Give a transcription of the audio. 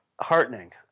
heartening